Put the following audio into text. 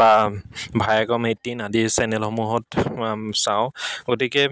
বা Viacom eighteen আদিৰ চেনেলসমূহত চাওঁ গতিকে